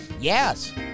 Yes